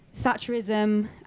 Thatcherism